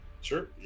Sure